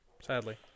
Sadly